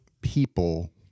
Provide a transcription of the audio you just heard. people